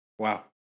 Wow